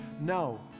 no